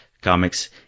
comics